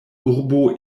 urbo